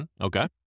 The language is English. Okay